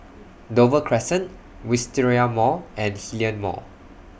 Dover Crescent Wisteria Mall and Hillion Mall